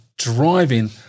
driving